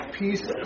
peace